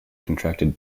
contracted